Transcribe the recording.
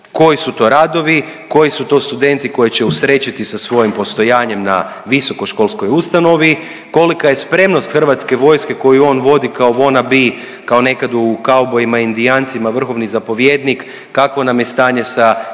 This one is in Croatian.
koji su to radovi, koji su to studenti koje će usrećiti sa svojim postojanjem na visokoškolskoj ustanovi, kolika je spremnost hrvatske vojske koju on voda kao wanna be kao nekad u kaubojima i Indijancima vrhovni zapovjednik kakvo nam je stanje sa helikopterima,